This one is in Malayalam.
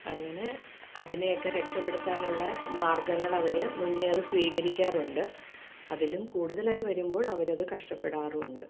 അങ്ങനെ അതിനെയൊക്കെ രക്ഷപ്പെടുത്താനുള്ള മാർഗ്ഗങ്ങളവര് മുന്നേറി സ്വീകരിക്കാറുണ്ട് അതിലും കൂടുതലായി വരുമ്പോൾ അവരത് കഷ്ടപ്പെടാറും ഉണ്ട്